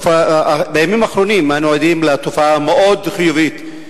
בימים האחרונים אנו עדים לתופעה מאוד חיובית,